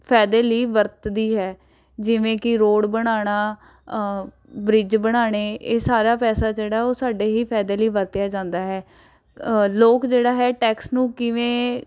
ਫਾਇਦੇ ਲਈ ਵਰਤਦੀ ਹੈ ਜਿਵੇਂ ਕਿ ਰੋਡ ਬਣਾਉਣਾ ਬ੍ਰਿਜ ਬਣਾਉਣੇ ਇਹ ਸਾਰਾ ਪੈਸਾ ਜਿਹੜਾ ਉਹ ਸਾਡੇ ਹੀ ਫਾਇਦੇ ਲਈ ਵਰਤਿਆ ਜਾਂਦਾ ਹੈ ਲੋਕ ਜਿਹੜਾ ਹੈ ਟੈਕਸ ਨੂੰ ਕਿਵੇਂ